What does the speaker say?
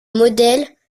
modèles